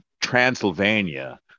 Transylvania